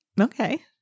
okay